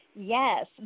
Yes